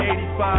85